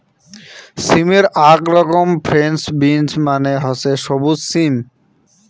সিমের আক রকম ফ্রেঞ্চ বিন্স মানে হসে সবুজ সিম